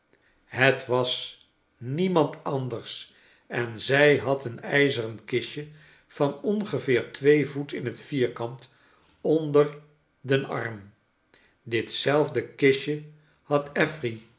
t was niemand anders en zij had een ijzeren kistje van ongeveer twee voet in t vierkant onder den arm dit zelf de kistje had af